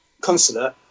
consulate